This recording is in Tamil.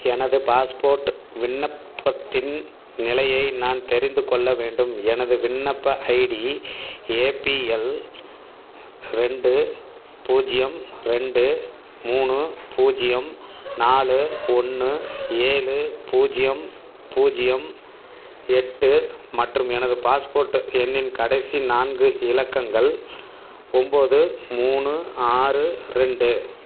எனது பாஸ்போர்ட் விண்ணப்பத்தின் நிலையை நான் தெரிந்துக் கொள்ள வேண்டும் எனது விண்ணப்ப ஐடி ஏ பி எல் ரெண்டு பூஜ்ஜியம் ரெண்டு மூணு பூஜ்ஜியம் நாலு ஒன்று ஏழு பூஜ்ஜியம் பூஜ்ஜியம் எட்டு மற்றும் எனது பாஸ்போர்ட் எண்ணின் கடைசி நான்கு இலக்கங்கள் ஒம்போது மூணு ஆறு ரெண்டு